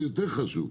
זה יותר חשוב,